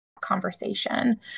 conversation